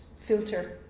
filter